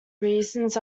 reasons